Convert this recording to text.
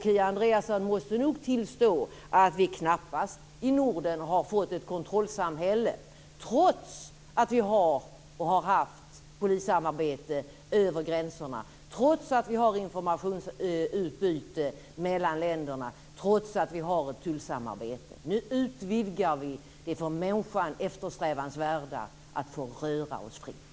Kia Andreasson måste nog tillstå att vi i Norden knappast har fått ett kontrollsamhälle trots att vi har och har haft polissamarbete över gränserna, trots att vi har informationsutbyte mellan länderna, trots att vi har ett tullsamarbete. Nu utvidgar vi det för människan eftersträvansvärda, att få röra sig fritt.